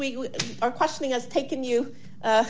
we are questioning has taken you